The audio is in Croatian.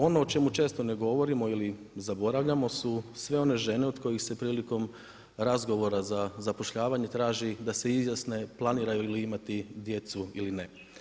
Ono o čemu često ne govorimo ili zaboravljamo su sve one žene od kojih se prilikom razgovora za zapošljavanje traži da se izjasne planiraju li imati djecu ili ne.